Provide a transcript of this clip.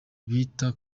bita